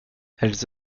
elles